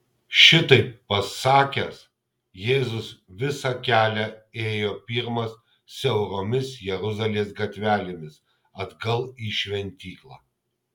šitaip pasakęs jėzus visą kelią ėjo pirmas siauromis jeruzalės gatvelėmis atgal į šventyklą